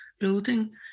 building